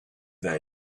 there